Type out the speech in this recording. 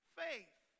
faith